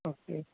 okay